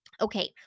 Okay